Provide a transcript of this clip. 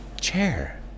chair